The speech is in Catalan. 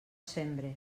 sembre